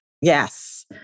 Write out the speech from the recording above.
Yes